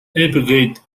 applegate